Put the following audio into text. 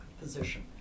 position